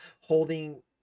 holding